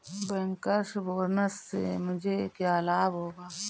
Bankers bonus से मुझे क्या लाभ होगा?